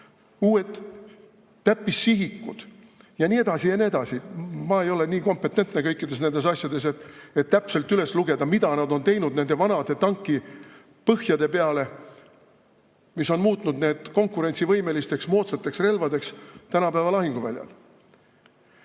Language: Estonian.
uued täppissihikud ja nii edasi ja nii edasi. Ma ei ole nii kompetentne kõikides nendes asjades, et täpselt üles lugeda, mida nad on teinud nende vanade tankipõhjade peale, mis on muutnud need konkurentsivõimelisteks moodsateks relvadeks tänapäeva lahinguväljal. Nüüd